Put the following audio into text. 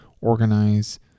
organize